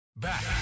Back